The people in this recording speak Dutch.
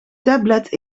tablet